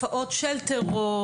תופעות של טרור,